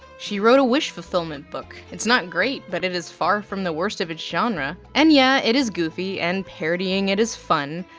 she wrote a wish fulfillment book. it's not great, but it is far from the worst of its genre. and yeah it is goofy and parodying it is fun.